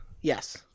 yes